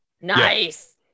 Nice